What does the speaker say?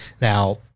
Now